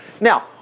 Now